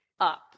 up